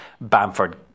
Bamford